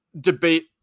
debate